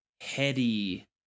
heady